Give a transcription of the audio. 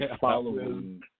following